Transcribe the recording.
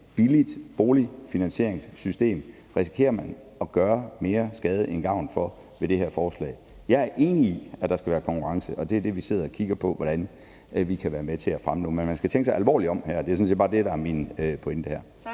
billigt boligfinansieringssystem mere skade end gavn. Jeg er enig i, at der skal være konkurrence, og det er det, vi sidder og kigger på hvordan vi kan være med til at fremme nu. Men man skal tænke sig alvorligt om. Det er sådan set bare det, der er min pointe her.